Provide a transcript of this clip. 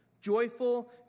Joyful